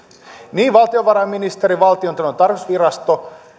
niin valtiovarainministeriö valtiontalouden tarkastusvirasto kuin